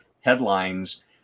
headlines